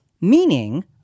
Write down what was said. meaning